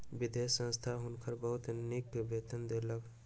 विदेशी संस्था हुनका बहुत नीक वेतन देलकैन